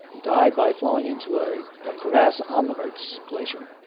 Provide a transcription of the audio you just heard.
died by falling into ah a crevasse on the mertz glacier,